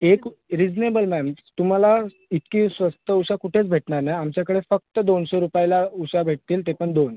एक reasonable ma'am तुम्हाला इतकी स्वस्त उशा कुठेच भेटणार नाही आमच्याकडे फक्त दोनशे रुपयाला उशा भेटतील ते पण दोन